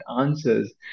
answers